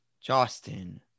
Justin